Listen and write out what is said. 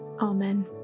Amen